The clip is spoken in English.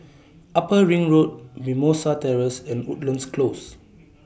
Upper Ring Road Mimosa Terrace and Woodlands Close